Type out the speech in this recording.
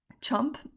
Chump